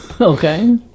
Okay